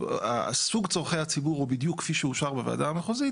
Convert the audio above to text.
סוג צורכי הציבור הוא בדיוק כפי שאושר בוועדה המחוזית,